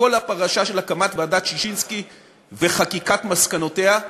בכל הפרשה של הקמת ועדת ששינסקי וחקיקת מסקנותיה,